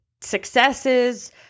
successes